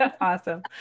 Awesome